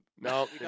No